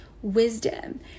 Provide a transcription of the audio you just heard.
Wisdom